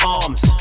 arms